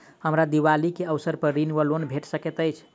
हमरा दिपावली केँ अवसर पर ऋण वा लोन भेट सकैत अछि?